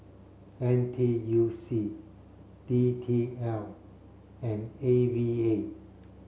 N T U C D T L and A V A